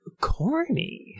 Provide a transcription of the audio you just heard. corny